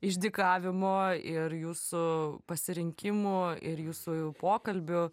išdykavimo ir jūsų pasirinkimo ir jūsų jau pokalbių